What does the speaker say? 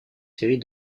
séries